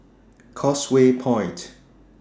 Causeway Point